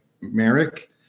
Merrick